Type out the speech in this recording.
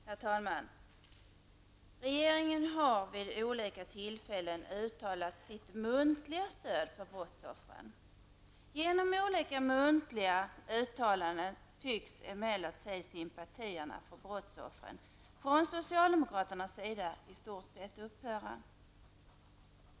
Herr talman! Regeringen har vid olika tillfällen uttalat sitt muntliga stöd till brottsoffren. Socialdemokraternas sympatier tycks emellertid i stort sett stanna vid olika muntliga uttalanden om brottsoffren.